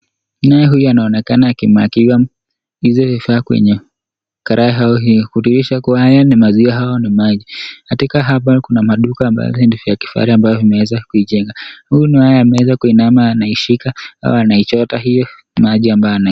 Naya huyu anaonekana akimwagiwa hizi vifaa kwenye karai hii kudhirisha kuwa haya ni maziwa au ni maji katika hapa kuna maduka amabayo ni vya kifahari amabayo imeaza kujengwa huyu naye ameweza kuinama anaishika au anaichota hiyo maji ambayo anai....